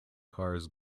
cars